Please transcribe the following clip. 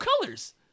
colors